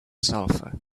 sulfur